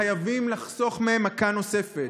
חייבים לחסוך מהם מכה נוספת.